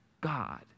God